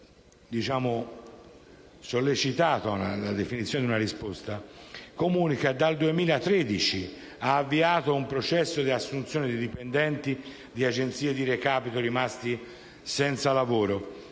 Poste, sollecitata nella definizione di una risposta, comunica di aver avviato dal 2013 un processo di assunzione dei dipendenti di agenzie di recapito rimasti senza lavoro,